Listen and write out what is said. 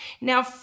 Now